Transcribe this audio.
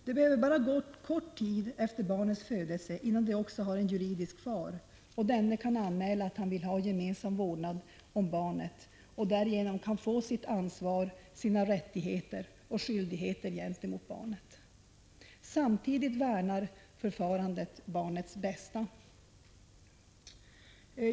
Det behöver bara gå kort tid efter barnets födelse innan det också har en juridisk far och denne kan anmäla att han vill ha gemensam vårdnad om barnet och därigenom få sitt ansvar, sina rättigheter och skyldigheter gentemot barnet. Samtidigt värnar förfarandet barnets bästa.